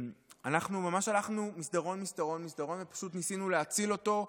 ממש הלכנו מסדרון-מסדרון-מסדרון ופשוט ניסינו להציל אותו.